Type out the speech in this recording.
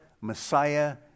Messiah